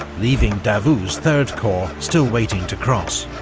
leaving davout's third corps still waiting to cross.